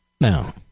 Now